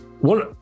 one